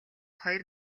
хоёр